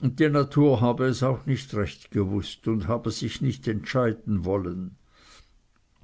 und die natur hab es auch nicht recht gewußt und habe sich nicht entscheiden wollen